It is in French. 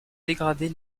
dégrader